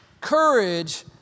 courage